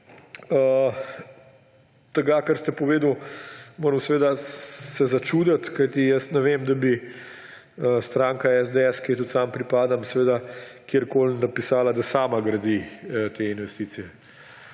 tega, kar ste povedali, se moram začuditi, kajti jaz ne vem, da bi stranka SDS, ki ji tudi sam pripadam, kjerkoli napisala, da sama gradi te investicije.